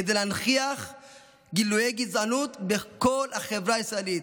כדי להנכיח גילויי גזענות בכל החברה הישראלית,